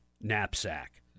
knapsack